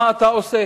מה אתה עושה?